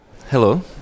Hello